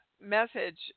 message